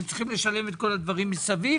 הם צריכים לשלם את כל הדברים מסביב,